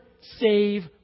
save